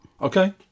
Okay